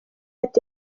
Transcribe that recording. ati